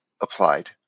applied